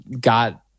got